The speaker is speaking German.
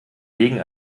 legen